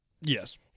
Yes